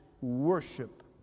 worship